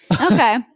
Okay